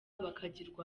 bakagirwa